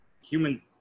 human